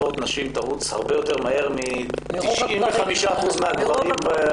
תרוץ הרבה יותר מהר מ-95% מן הגברים.